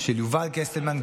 של יובל קסטלמן,